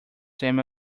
semi